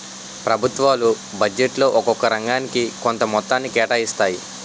ప్రభుత్వాలు బడ్జెట్లో ఒక్కొక్క రంగానికి కొంత మొత్తాన్ని కేటాయిస్తాయి